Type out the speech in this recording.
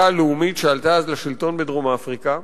הלאומית שעלתה אז לשלטון בדרום-אפריקה,